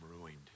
ruined